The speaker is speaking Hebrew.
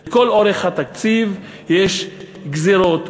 לכל אורך התקציב יש גזירות.